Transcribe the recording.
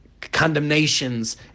condemnations